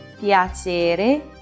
piacere